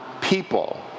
people